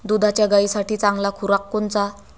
दुधाच्या गायीसाठी चांगला खुराक कोनचा?